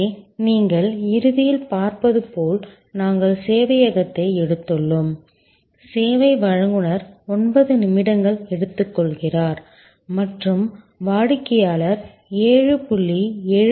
இங்கே நீங்கள் இறுதியில் பார்ப்பது போல் நாங்கள் சேவையகத்தை எடுத்துள்ளோம் சேவை வழங்குநர் 9 நிமிடங்கள் எடுத்துக்கொள்கிறார் மற்றும் வாடிக்கையாளர் 7